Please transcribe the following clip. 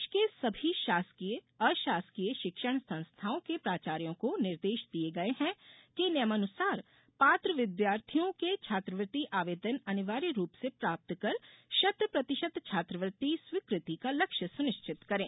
प्रदेश के सर्भी शासकीय अशासकीय शिक्षण संस्थाओं के प्राचार्यो को निर्देश दिये गए हैं कि नियमानुसार पात्र विद्यार्थियों के छात्रवृत्ति आवेदन अनिवार्य रूप से प्राप्त कर शत प्रतिशत छात्रवृत्ति स्वीकृति का लक्ष्य सुनिश्चित करें